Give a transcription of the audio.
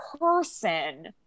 person